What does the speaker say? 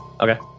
Okay